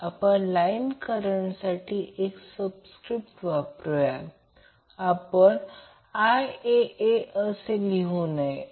त्याचप्रमाणे या Vcn साठी आपल्याला त्याचप्रमाणे अंतिम 120° फेज शिफ्ट मिळते